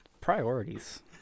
priorities